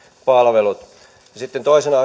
palvelut sitten toisena